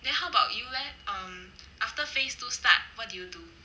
then how about you leh um after phase two start what did you do